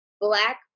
black